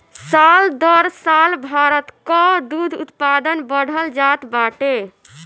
साल दर साल भारत कअ दूध उत्पादन बढ़ल जात बाटे